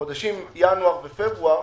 חודשים ינואר ופברואר